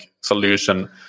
solution